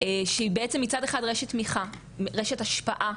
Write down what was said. שהיא בעצם מצד אחד רשת תמיכה, רשת השפעה,